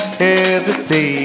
hesitate